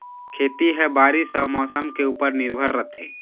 खेती ह बारीस अऊ मौसम के ऊपर निर्भर रथे